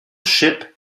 ship